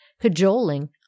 cajoling